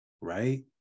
Right